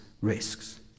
risks